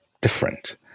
different